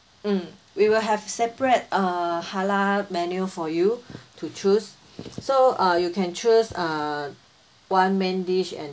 mm we will have separate uh halal menu for you to choose so uh you can choose uh one main dish and